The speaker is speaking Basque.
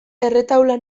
erretaula